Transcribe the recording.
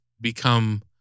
become